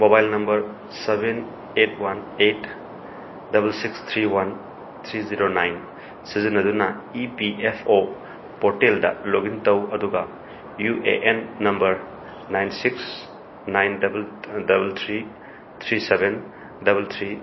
mobile number seven eight one eight double six three one three zero nine ꯁꯤꯖꯤꯟꯅꯗꯨꯅ E P F O ꯄꯣꯔꯇꯦꯜꯗ log in ꯇꯧ ꯑꯗꯨꯒ U A N number nine six nine double double three three seven double three